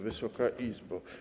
Wysoka Izbo!